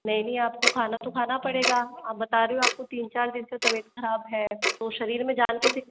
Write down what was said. नहीं नहीं आप को खाना तो खाना पड़ेगा आप बता रहे हो आप की तीन चार दिन से तबियत ख़राब है तो शरीर में जान कैसे